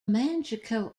manchukuo